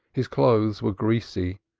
his clothes were greasy,